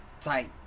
type